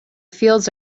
fields